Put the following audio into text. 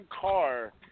car